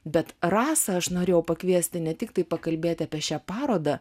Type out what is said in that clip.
bet rasa aš norėjau pakviesti ne tik tai pakalbėti apie šią parodą